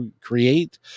create